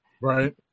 Right